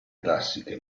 classiche